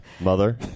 mother